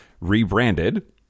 rebranded